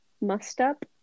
must-up